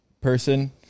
person